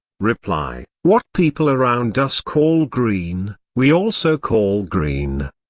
reply what people around us call green, we also call green.